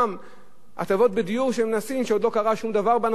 הטבות בדיור שמנסים עוד לא קרה שום דבר בנושא הדיור,